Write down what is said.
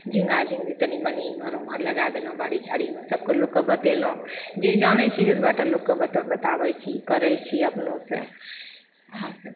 झींगा झिङ्गी तनि मनि इम्हर उम्हर लगै देलहुँ बाड़ी झाड़ीमे सभक लोककेँ बतेलहुँ जे जानै छी जेतबाटा लोककेँ बत बताबै छी करै छी अपनोसँ इएह सभ